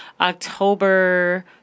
October